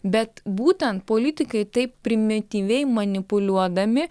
bet būtent politikai taip primityviai manipuliuodami